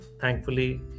thankfully